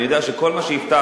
אני יודע שכל מה שהבטחנו,